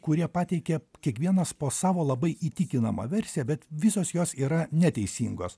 kurie pateikė kiekvienas po savo labai įtikinamą versiją bet visos jos yra neteisingos